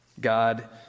God